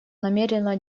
намерена